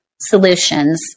solutions